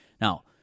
Now